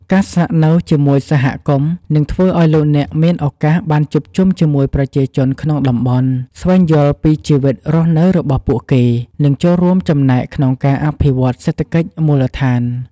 ការស្នាក់នៅជាមួយសហគមន៍ នឹងធ្វើឱ្យលោកអ្នកមានឱកាសបានជួបជុំជាមួយប្រជាជនក្នុងតំបន់ ស្វែងយល់ពីជីវិតរស់នៅរបស់ពួកគេ និងចូលរួមចំណែកក្នុងការអភិវឌ្ឍន៍សេដ្ឋកិច្ចមូលដ្ឋាន។